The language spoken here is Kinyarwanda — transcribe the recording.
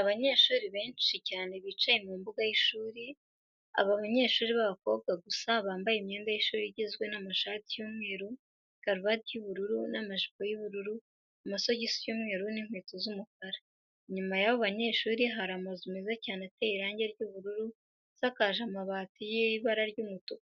Abanyeshuri benshi cyane bicaye mu mbuga y'ishuri. Aba banyeshuri b'abakobwa gusa bambaye imyenda y'ishuri igizwe n'amashati y'umweru, karuvati y'ubururu, amajipo y'ubururu, amasogisi y'umweru n'inkweto z'umukara. Inyuma y'abo banyeshuri hari amazu meza cyane ateye irangi ry'ubururu, asakaje amabati y'ibara ry'umutuku.